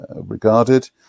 regarded